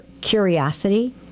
curiosity